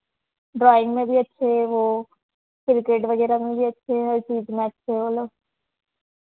drawing में भी अच्छे हैं वो क्रिकेट वगैरह में भी अच्छे हैं हर चीज़ में अच्छे हैं वो लोग